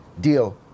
deal